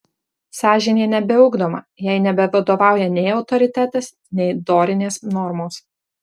sąžinė nebeugdoma jai nebevadovauja nei autoritetas nei dorinės normos